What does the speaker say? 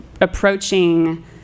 approaching